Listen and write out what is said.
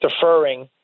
deferring